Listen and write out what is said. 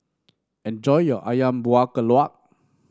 enjoy your ayam Buah Keluak